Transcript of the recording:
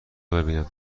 ببینم